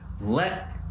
Let